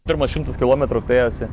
pirmas šimtas kilometrų tai ėjosi